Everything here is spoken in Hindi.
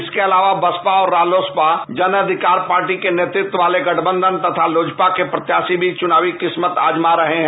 इसके अलावा बसपा और रालोसपा जन अधिकार पार्टी के नेतृत्व वाले गठबंधन तथा लोजपा के प्रत्याशी भी चुनावी किस्मत आजमा रहे हैं